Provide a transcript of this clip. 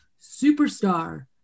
superstar